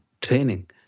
training